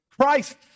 Christ